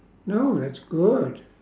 no that's good